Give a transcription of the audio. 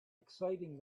exciting